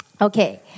Okay